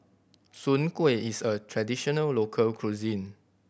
soon kway is a traditional local cuisine